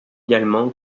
également